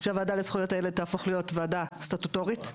שהוועדה לזכויות הילד תהפוך להיות ועדה סטטוטורית קבועה.